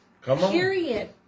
period